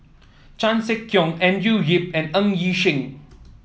Chan Sek Keong Andrew Yip and Ng Yi Sheng